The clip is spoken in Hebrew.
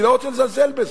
אני לא רוצה לזלזל בזה.